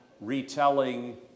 retelling